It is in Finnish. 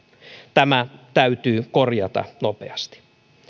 tämä täytyy korjata nopeasti